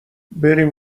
بریم